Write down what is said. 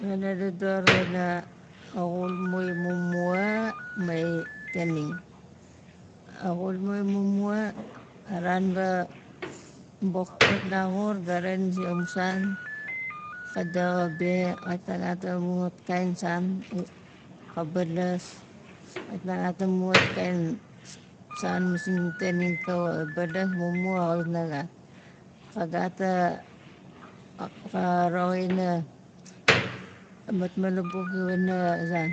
Ga na dodor wana xulmu imumua mai tanin a xulmu imumua a ran ga bok pawat laxur ga rain zi amu san ka daxa be kait na gat amut wait kain san ka balas kait na gat amut wait kain s- san masing itanin ka wa balus, mumua xawit na gat ka gat ka roxin a matmalabuk iwana zan